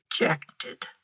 rejected